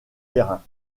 terrain